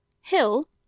hill